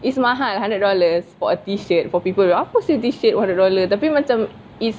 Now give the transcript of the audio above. is mahal hundred dollars for a T-shirt for people apa seh T-shirt one hundred dollar tapi macam is